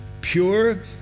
pure